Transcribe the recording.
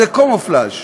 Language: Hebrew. זה קומופלאז'.